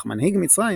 אך מנהיג מצרים,